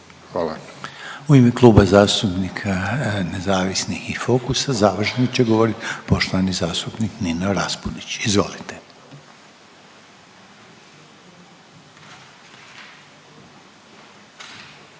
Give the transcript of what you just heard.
(HDZ)** U ime Kluba zastupnika nezavisnih i Fokusa, završno će govorit poštovani zastupnik Nino Raspudić. Izvolite.